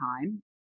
time